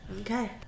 Okay